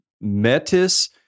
Metis